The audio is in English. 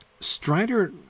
Strider